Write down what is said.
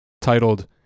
titled